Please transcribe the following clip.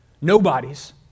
nobodies